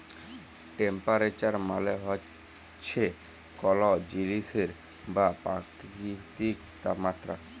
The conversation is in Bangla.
টেম্পারেচার মালে হছে কল জিলিসের বা পকিতির তাপমাত্রা